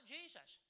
Jesus